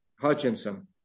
Hutchinson